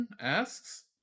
asks